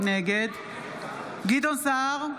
נגד גדעון סער,